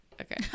Okay